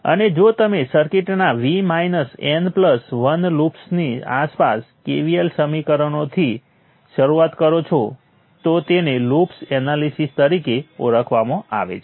આ તે છે જેને આપણે ઉકેલીએ છીએ જ્યારે આપણે મેટ્રિક્સને ઉલટાવીએ છીએ અને કરંટ સોર્સોના વેક્ટરનો ગુણાકાર કરીએ છીએ જે આ કિસ્સામાં આ વેક્ટર I1 0 I3 છે